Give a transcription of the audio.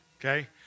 okay